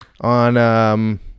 on